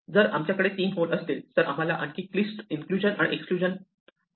जर आमच्याकडे 3 होल असतील तर आम्हाला आणखी क्लिष्ट इंकलूजन अँड एक्सकलूजन फॉर्म्युला मिळेल